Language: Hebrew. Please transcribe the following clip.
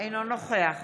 אינו נוכח